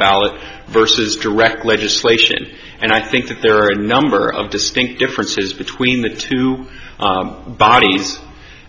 ballot versus direct legislation and i think that there are a number of distinct differences between the two bodies